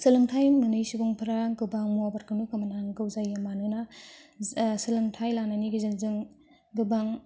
सोलोंथाइ मोनै सुबुंफोरा गोबां मुवाफोरखौनो खोमानांगौ जायो मानोना सोलोंथाइ लानायनि गेजेरजों गोबां